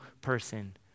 person